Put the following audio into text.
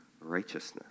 righteousness